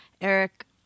Eric